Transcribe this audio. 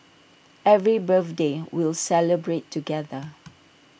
every birthday we'll celebrate together